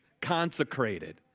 Consecrated